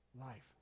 Life